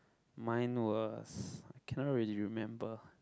mine was I cannot really remember